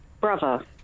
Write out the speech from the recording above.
Brother